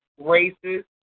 racist